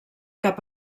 cap